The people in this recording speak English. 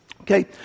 Okay